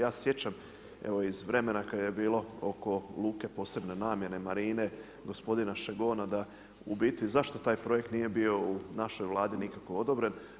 Ja se sjećam evo iz vremena kada je bilo oko luke posebne namjene, marine, gospodina Šegona da u biti zašto taj projekt nije bio u našoj Vladi nikako odobren.